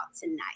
tonight